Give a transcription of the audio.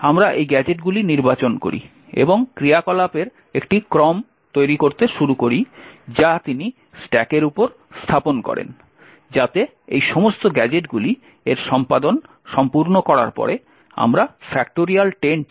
আমরা কি গ্যাজেটগুলি নির্বাচন করি এবং ক্রিয়াকলাপের একটি ক্রম তৈরি করতে শুরু করি যা তিনি স্ট্যাকের উপর স্থাপন করেন যাতে এই সমস্ত গ্যাজেটগুলি এর সম্পাদন সম্পূর্ণ করার পরে আমরা 10